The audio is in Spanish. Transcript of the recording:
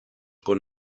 con